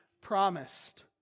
promised